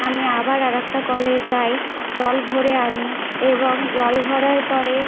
আমি আবার আরেকটা কলে যাই জল ভরে আনি এবং জল ভরার পরে